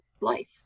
life